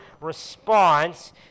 response